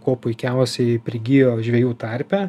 kuo puikiausiai prigijo žvejų tarpe